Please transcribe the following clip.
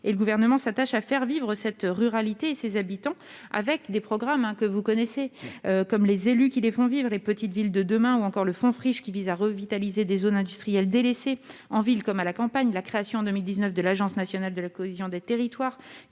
Le Gouvernement s'attache à faire vivre cette ruralité et ses habitants, grâce aux programmes que vous connaissez et aux élus qui les font vivre. Je pense en particulier aux Petites Villes de demain ou encore au fonds Friches, qui vise à revitaliser des zones industrielles délaissées en ville comme à la campagne. La création, en 2019, de l'Agence nationale de la cohésion des territoires